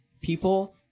people